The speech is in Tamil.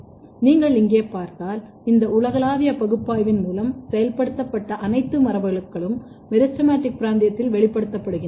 நீங்கள் இங்கே பார்த்தால் இந்த உலகளாவிய பகுப்பாய்வின் மூலம் செயல்படுத்தப்பட்ட அனைத்து மரபணுக்களும் மெரிஸ்டெமடிக் பிராந்தியத்தில் வெளிப்படுத்தப்படுகின்றன